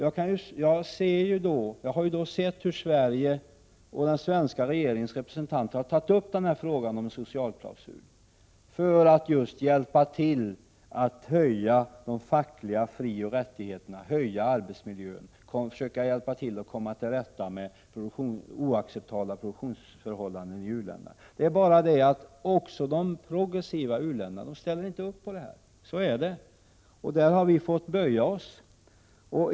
Jag har vid dessa tillfällen upplevt att representanter för den svenska regeringen har tagit upp frågan om en socialklausul just för att hjälpa till när det gäller att utöka de fackliga frioch rättigheterna, förbättra arbetsmiljön och komma till rätta med oacceptabla produktionsförhållanden i u-länderna. Det är bara det att också de progressiva u-länderna helt enkelt inte ställer upp på det här. I det avseendet har vi så att säga fått böja oss.